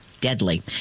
deadly